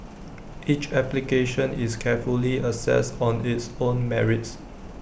each application is carefully assessed on its own merits